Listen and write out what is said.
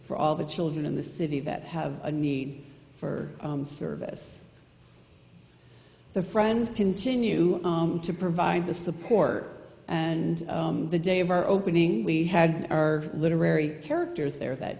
for all the children in the city that have a need for service the friends continue to provide the support and the day of our opening we had our literary characters there that